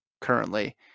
currently